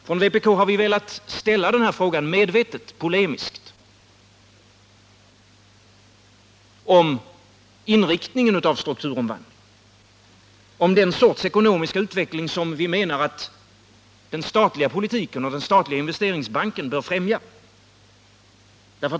Från vpk har vi medvetet och polemiskt velat ställa frågan om inriktningen av strukturomvandlingen, om den sorts ekonomiska utveckling som vi menar att den statliga politiken och den statliga investeringsbanken bör främja.